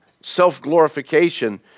Self-glorification